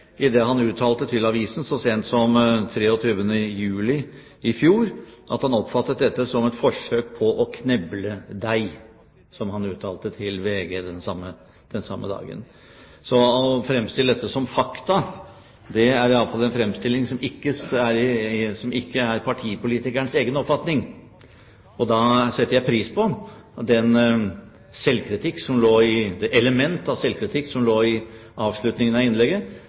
han uttalte til VG så sent som 23. desember i fjor at han oppfattet dette som at han ble forsøkt kneblet. Så å fremstille dette som fakta er iallfall en fremstilling som ikke stemmer overens med partipolitikerens egen oppfatning. Da setter jeg pris på det element av selvkritikk som lå i avslutningen av innlegget, nemlig at dette burde vært gjort av en annen enn en assisterende departementsråd – for at det ble oppfattet som